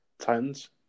Titans